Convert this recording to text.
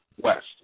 West